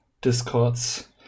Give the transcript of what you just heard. discords